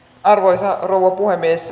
arvoisa rouva puhemies